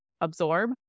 absorb